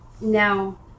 now